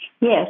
Yes